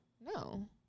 No